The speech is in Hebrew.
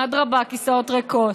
אדרבה, כיסאות ריקות.